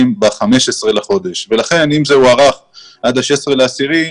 ב-15 בחודש ולכן אם זה הוארך עד ה-16 באוקטובר,